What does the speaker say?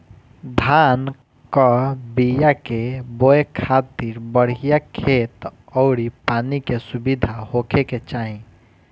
धान कअ बिया के बोए खातिर बढ़िया खेत अउरी पानी के सुविधा होखे के चाही